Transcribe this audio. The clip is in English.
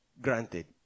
granted